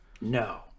no